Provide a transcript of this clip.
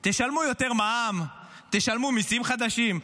תשלמו יותר מע"מ, תשלמו מיסים חדשים.